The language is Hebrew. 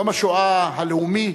ביום השואה הלאומי